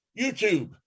YouTube